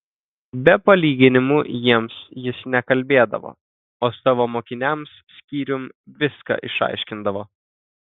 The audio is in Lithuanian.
be palyginimų jiems jis nekalbėdavo o savo mokiniams skyrium viską išaiškindavo